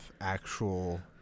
actual